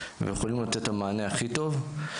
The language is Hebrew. ויכולים לתת את המענה הכי טוב.